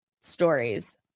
stories